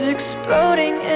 Exploding